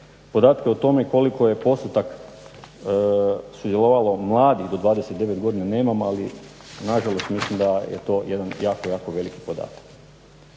Podatke o tome koliko je postotak sudjelovalo mladih do 29 godina nemamo, ali nažalost mislim da je to jedan jako, jako veliki podatak.